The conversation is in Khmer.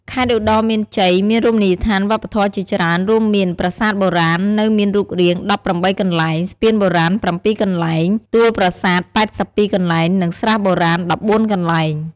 ខេត្តឧត្តរមានជ័យមានរមនីយដ្ឋានវប្បធម៌ជាច្រើនរួមមាន ប្រាសាទបុរាណ នៅមានរូបរាង ១៨ កន្លែង ស្ពានបុរាណ ៧កន្លែង ទួលប្រសាទ៨២ កន្លែង និង ស្រះបុរាណ ១៤ កន្លែង។